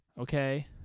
okay